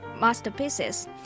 masterpieces